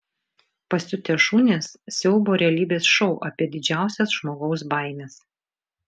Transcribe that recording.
pasiutę šunys siaubo realybės šou apie didžiausias žmogaus baimes